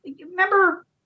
remember